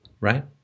right